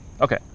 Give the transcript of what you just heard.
Okay